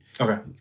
okay